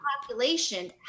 population